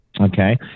Okay